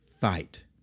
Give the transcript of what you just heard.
fight